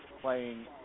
playing